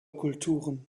kulturen